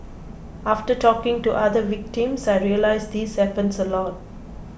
after talking to other victims I realised this happens a lot